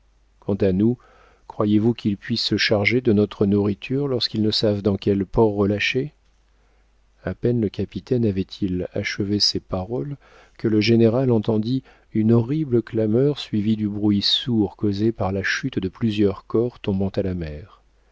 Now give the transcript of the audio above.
quant à nous croyez-vous qu'ils puissent se charger de notre nourriture lorsqu'ils ne savent dans quel port relâcher a peine le capitaine avait-il achevé ces paroles que le général entendit une horrible clameur suivie du bruit sourd causé par la chute de plusieurs corps tombant à la mer